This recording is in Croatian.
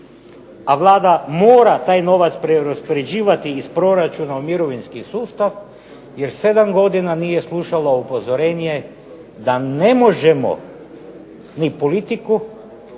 a Vlada mora taj novac preraspoređivati iz proračuna u mirovinski sustav, jer 7 godina nije slušala upozorenje da ne možemo ni politiku,